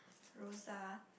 Rosa